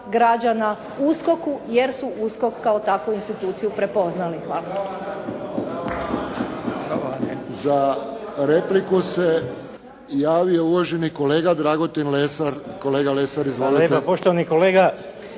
građana USKOK-u jer su USKOK kao takvu instituciju prepoznali. Hvala. **Friščić, Josip (HSS)** Za repliku se javio uvaženi kolega Dragutin Lesar. Kolega Lesar izvolite.